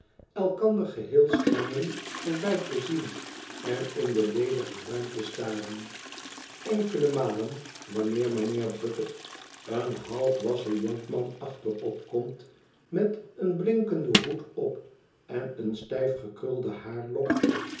elkander geheel schijnen voorbij te zien en in de ledige ruimte staren enkele malen wanneer mijnheer bucket een halfwassen jonkman achterop komt met een blinkenden hoed op en eene stijf gekrulde haarlok